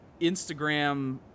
Instagram